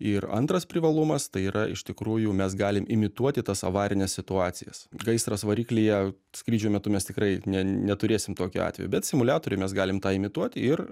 ir antras privalumas tai yra iš tikrųjų mes galim imituoti tas avarines situacijas gaisras variklyje skrydžio metu mes tikrai ne neturėsim tokių atvejų bet simuliatoriuj mes galim tą imituoti ir